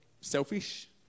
selfish